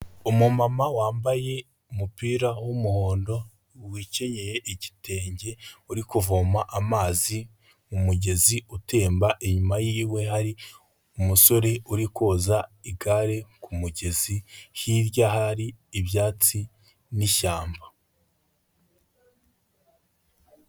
Umu mama wambaye umupira w'umuhondo wekenyeye igitenge, uri kuvoma amazi mu mugezi utemba inyuma yiwe hari umusore uri koza igare kumugezi hirya hari ibyatsi n'ishyamba.